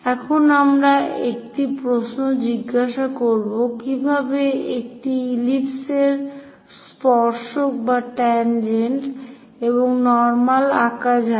এখন আমরা একটি প্রশ্ন জিজ্ঞাসা করব কিভাবে একটি ইলিপস এর একটি স্পর্শক এবং নর্মাল আঁকা যায়